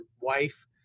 wife